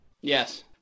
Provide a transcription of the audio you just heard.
Yes